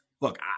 Look